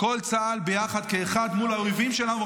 כל צה"ל ביחד כאחד מול האויבים שלנו.